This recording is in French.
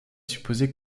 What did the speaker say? supposé